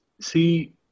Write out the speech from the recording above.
see